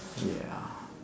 ya